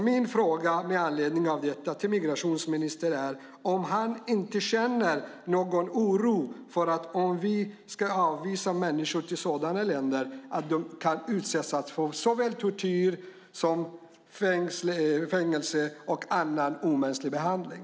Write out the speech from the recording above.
Min fråga till migrationsministern med anledning av detta är om han inte känner någon oro för att människor, om vi avvisar dem till sådana länder, kan utsättas för såväl tortyr som fängelse och annan omänsklig behandling.